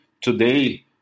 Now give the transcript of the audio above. Today